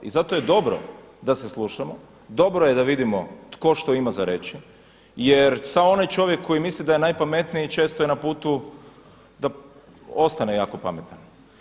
I zato je dobro da se slušamo, dobro je da vidimo tko što ima za reći jer samo onaj čovjek koji misli da je najpametniji često je na putu da ostane jako pametan.